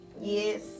Yes